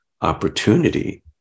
opportunity